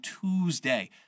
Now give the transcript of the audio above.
Tuesday